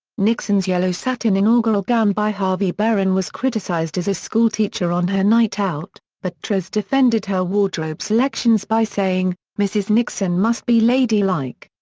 nixon's yellow-satin inaugural gown by harvey berin was criticized as a schoolteacher on her night out, but but treyz defended her wardrobe selections by saying, mrs. nixon must be ladylike.